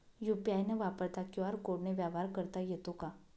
UPI न वापरता QR कोडने व्यवहार करता येतो का?